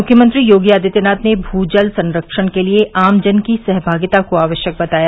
मुख्यमंत्री योगी आदित्यनाथ ने भू जल संरक्षण के लिए आमजन की सहभागिता को आवश्यक बताया